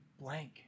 blank